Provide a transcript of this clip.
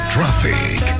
Traffic